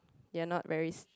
you are not raise